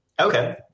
Okay